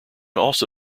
also